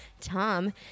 Tom